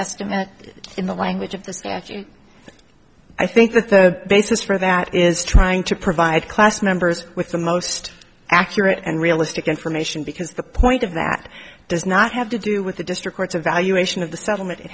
estimate in the language of the statute i think that the basis for that is trying to provide class members with the most accurate and realistic information because the point of that does not have to do with the district's evaluation of the settlement it